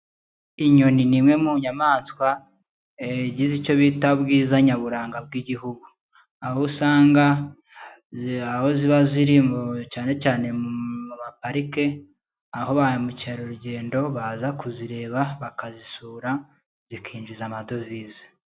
Inyoni ni imwe mu nyamaswa zigize icyo bita ubwiza nyaburanga bw'igihugu. Aho usanga ziba ziri cyane cyane mu ma parike, aho ba mukerarugendo baza kuzireba, bakazisura zikinjiza amadovize.